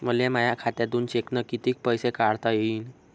मले माया खात्यातून चेकनं कितीक पैसे काढता येईन?